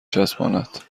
چسباند